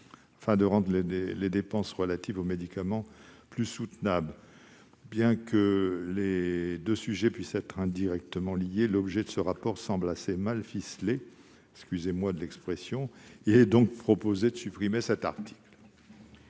afin de rendre les dépenses relatives aux médicaments plus soutenables. Bien que ces deux sujets puissent être indirectement liés, l'objet de ce rapport semble assez mal « ficelé », si vous me permettez l'expression. Le présent amendement vise donc à supprimer cet article.